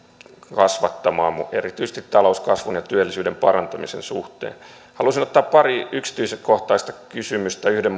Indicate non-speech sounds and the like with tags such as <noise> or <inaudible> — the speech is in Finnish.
kasvattamaan erityisesti talouskasvun ja työllisyyden parantamisen suhteen haluaisin esittää pari yksityiskohtaista kysymystä yhden <unintelligible>